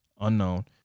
unknown